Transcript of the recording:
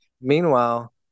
meanwhile